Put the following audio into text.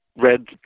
red